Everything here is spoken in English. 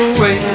away